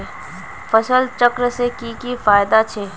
फसल चक्र से की की फायदा छे?